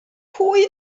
pwy